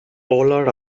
polar